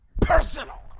personal